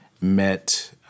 met